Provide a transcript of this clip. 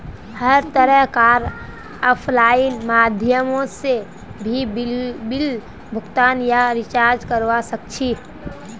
हर तरह कार आफलाइन माध्यमों से भी बिल भुगतान या रीचार्ज करवा सक्छी